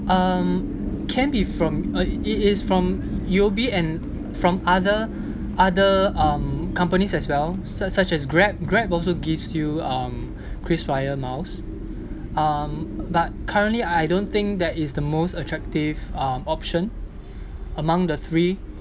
um can be from uh it is from U_O_B and from other other um companies as well s~ such as grab grab also gives you um krisflyer miles um but currently I don't think that is the most attractive um option among the three